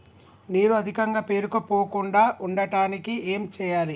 నీరు అధికంగా పేరుకుపోకుండా ఉండటానికి ఏం చేయాలి?